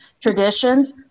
traditions